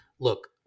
look